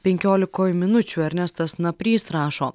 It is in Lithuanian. penkiolikoj minučių ernestas naprys rašo